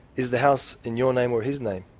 is the house in your name or his name?